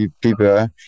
people